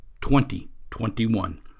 2021